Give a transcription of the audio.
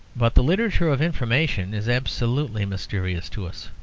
but the literature of information is absolutely mysterious to us.